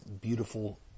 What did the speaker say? beautiful